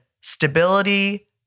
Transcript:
stability